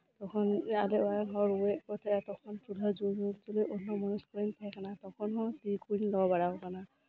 ᱛᱚᱠᱷᱚᱱ ᱟᱞᱮ ᱚᱲᱟᱜ ᱨᱮᱱ ᱦᱚᱲ ᱠᱚ ᱨᱳᱦᱮᱫᱮᱜ ᱛᱟᱦᱮᱫᱼᱟ ᱪᱩᱞᱦᱟᱹ ᱡᱳᱞ ᱦᱚᱸ ᱵᱚᱛᱚᱨ ᱜᱤᱧ ᱛᱟᱦᱮᱸ ᱠᱟᱱᱟ ᱛᱚᱠᱷᱚᱱ ᱦᱚᱸ ᱛᱤ ᱠᱩᱧ ᱞᱚ ᱵᱟᱲᱟ ᱟᱠᱟᱱᱟ